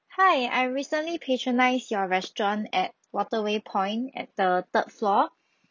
hi I recently patronized your restaurant at waterway point at the third floor